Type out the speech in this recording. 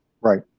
Right